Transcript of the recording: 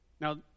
Now